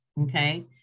okay